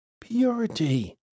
purity